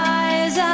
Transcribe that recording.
eyes